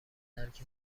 درک